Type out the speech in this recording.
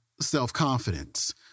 self-confidence